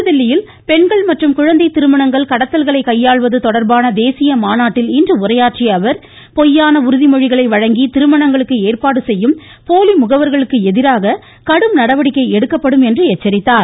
புதுதில்லியில் பெண்கள் மற்றும் குழந்தை திருமணங்கள் கடத்தல்களை கையாள்வது தொடர்பான தேசிய மாநாட்டில் இன்று உரையாற்றிய அவர் பொய்யான உறுதிமொழிகளை வழங்கி திருமணங்களுக்கு ஏற்பாடு செய்யும் போலி முகவர்களுக்கு எதிராக கடும் நடவடிக்கை எடுக்கப்படும் என்று எச்சரித்தார்